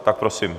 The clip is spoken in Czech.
Tak prosím.